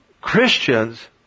Christians